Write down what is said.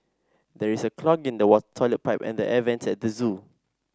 there is a clog in the toilet pipe and the air vents at the zoo